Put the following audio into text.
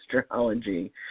astrology